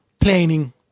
planning